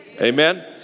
Amen